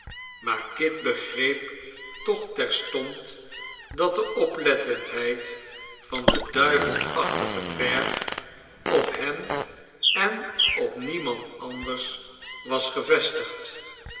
maar kit begreep toch terstond dat de oplettendheid van den duivelachtigen dwerg op hen en op niemand anders was gevestigd